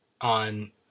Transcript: on